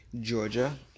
Georgia